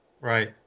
Right